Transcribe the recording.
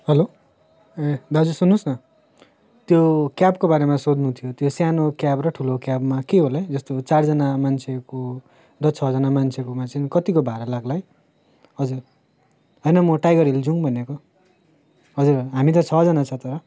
hello ए दाजु सुन्नुहोस् न त्यो क्याबको बारेमा सोध्नु थियो त्यो सानो क्याब र ठुलो क्याबमा के होला है जस्तो चारजना मान्छेको र छजना मान्छेकोमा चाहिँ कतिको भाडा लाग्ला है हजुर होइन म टाइगर हिल जाउँ भनेको हजुर हामी त छजना छ तर